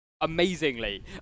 Amazingly